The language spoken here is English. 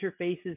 interfaces